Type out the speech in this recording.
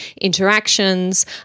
interactions